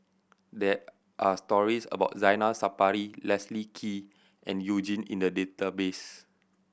there are stories about Zainal Sapari Leslie Kee and You Jin in the database